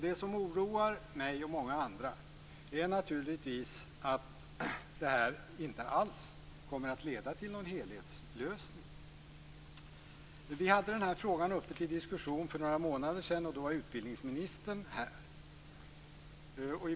Det som oroar mig och många andra är naturligtvis att det här inte alls kommer att leda till en helhetslösning. För några månader sedan hade vi frågan uppe till diskussion. Då var utbildningsministern här.